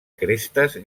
crestes